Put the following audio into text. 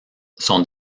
sont